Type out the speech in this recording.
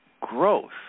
growth